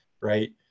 right